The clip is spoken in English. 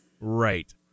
Right